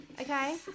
Okay